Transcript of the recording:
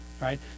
right